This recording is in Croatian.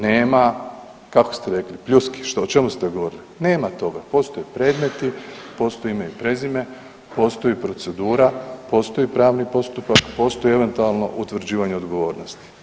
Nema, kako ste rekli pljuski o čemu ste govorili, nema toga, postoje predmeti, postoji ime i prezime, postoji procedura, postoji pravni postupak, postoji eventualno utvrđivanje odgovornosti.